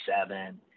seven